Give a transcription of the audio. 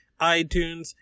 iTunes